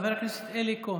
חבר הכנסת אלי כהן,